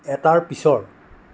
এটাৰ পিছৰ